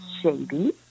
shady